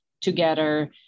together